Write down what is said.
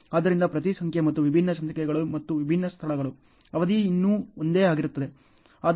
ಆದ್ದರಿಂದ ಪ್ರತಿ ಸಂಖ್ಯೆ ಮತ್ತು ವಿಭಿನ್ನ ಸಂಖ್ಯೆಗಳು ಮತ್ತು ವಿಭಿನ್ನ ಸ್ಥಳಗಳು ಅವಧಿ ಇನ್ನೂ ಒಂದೇ ಆಗಿರುತ್ತದೆ